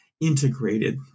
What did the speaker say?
integrated